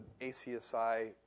ACSI